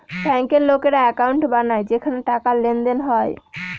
ব্যাঙ্কের লোকেরা একাউন্ট বানায় যেখানে টাকার লেনদেন হয়